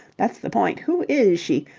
that's the point. who is she?